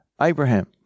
Abraham